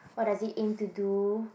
what does it aim to do